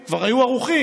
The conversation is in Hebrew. הכוחות כבר היו ערוכים